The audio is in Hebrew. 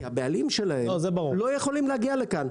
כי הבעלים שלהן לא יכולים להגיע לכאן.